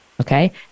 okay